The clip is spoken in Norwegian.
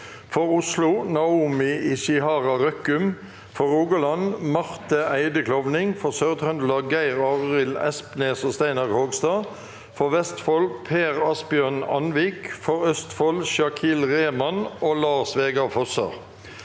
For Oslo: Naomi Ichihara Røkkum For Rogaland: Marte Eide Klovning For Sør-Trøndelag: Geir Arild Espnes og Steinar Krogstad For Vestfold: Per-Asbjørn Andvik For Østfold: Shakeel Rehman og Lars Vegard Fosser